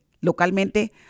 localmente